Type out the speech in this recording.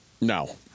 No